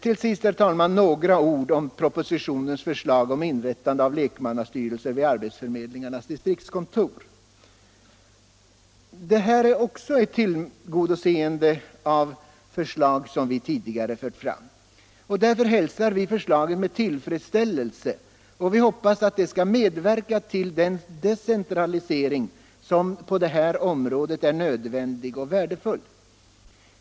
Till sist, herr talman, några ord om propositionens förslag om inrättande av lekmannastyrelser vid arbetsförmedlingarnas distriktskontor. Detta är också ett tillgodoseende av förslag som vi tidigare fört fram. Vi hälsar därför förslaget med tillfredsställelse och hoppas att det skall medverka till den decentralisering som på det här området är nödvändig och värdefull.